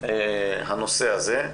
הנושא הזה.